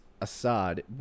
Assad